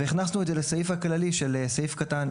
והכנסנו את זה לסעיף הכללי של סעיף קטן,